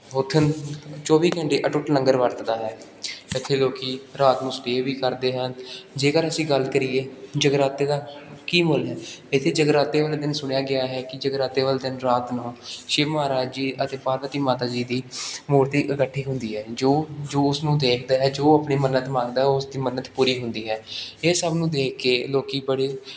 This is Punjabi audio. ਉੱਥੇ ਚੌਵੀ ਘੰਟੇ ਅਟੁੱਟ ਲੰਗਰ ਵਰਤਦਾ ਹੈ ਇੱਥੇ ਲੋਕ ਰਾਤ ਨੂੰ ਸਟੇਅ ਵੀ ਕਰਦੇ ਹਨ ਜੇਕਰ ਅਸੀਂ ਗੱਲ ਕਰੀਏ ਜਗਰਾਤੇ ਦਾ ਕੀ ਮੁੱਲ ਹੈ ਇੱਥੇ ਜਗਰਾਤੇ ਵਾਲੇ ਦਿਨ ਸੁਣਿਆ ਗਿਆ ਹੈ ਕਿ ਜਗਰਾਤੇ ਵਾਲੇ ਦਿਨ ਰਾਤ ਨੂੰ ਸ਼ਿਵ ਮਹਾਰਾਜ ਜੀ ਅਤੇ ਪਾਰਵਤੀ ਮਾਤਾ ਜੀ ਦੀ ਮੂਰਤੀ ਇਕੱਠੀ ਹੁੰਦੀ ਹੈ ਜੋ ਜੋ ਉਸਨੂੰ ਦੇਖਦਾ ਹੈ ਜੋ ਆਪਣੀ ਮੰਨਤ ਮੰਗਦਾ ਉਸ ਦੀ ਮੰਨਤ ਪੂਰੀ ਹੁੰਦੀ ਹੈ ਇਹ ਸਭ ਨੂੰ ਦੇਖ ਕੇ ਲੋਕ ਬੜੇ